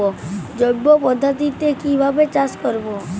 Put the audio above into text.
জৈব পদ্ধতিতে কিভাবে চাষ করব?